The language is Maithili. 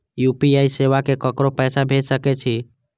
यू.पी.आई सेवा से ककरो पैसा भेज सके छी?